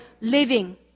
living